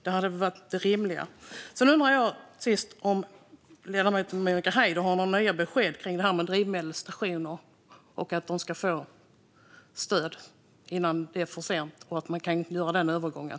Det hade varit rimligare. Slutligen undrar jag om ledamoten Monica Haider har några nya besked om drivmedelsstationer. Kommer de att få stöd innan det är för sent så att de kan göra den här övergången?